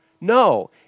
No